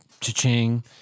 cha-ching